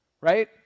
Right